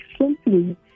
simply